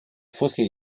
fussel